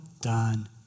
done